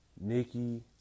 Nikki